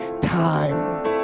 time